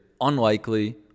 unlikely